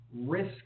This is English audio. Risk